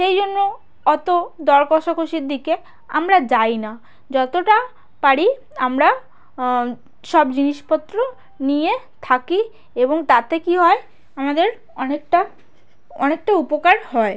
সেই জন্য অতো দর কষাকষির দিকে আমরা যাই না যতোটা পারি আমরা সব জিনিসপত্র নিয়ে থাকি এবং তাতে কী হয় আমাদের অনেকটা অনেকটা উপকার হয়